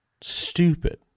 Stupid